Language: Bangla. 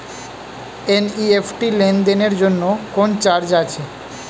এন.ই.এফ.টি লেনদেনের জন্য কোন চার্জ আছে?